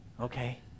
okay